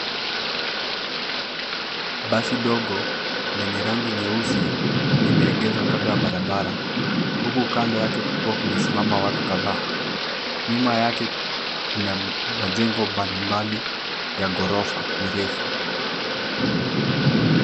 Basi dogo lenye rangi nyeusi limeegeshwa kando ya barabara, huku kando yake kukiwa kumesimama watu kadhaa. Nyuma yake kuna majengo mbalimbali ya ghorofa mirefu.